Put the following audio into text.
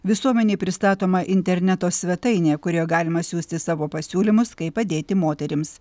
visuomenei pristatoma interneto svetainė kurioj galima siųsti savo pasiūlymus kaip padėti moterims